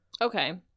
okay